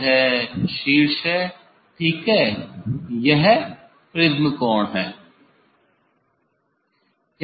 यह शीर्ष है ठीक है यह प्रिज्म कोण है